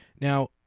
Now